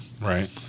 right